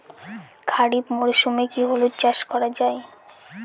খরিফ মরশুমে কি হলুদ চাস করা য়ায়?